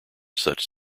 such